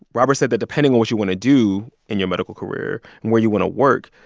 robert said that depending on what you want to do in your medical career and where you want to work,